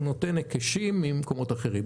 והוא נותן היקשים ממקומות אחרים.